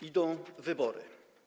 Idą wybory.